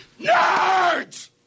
Nerds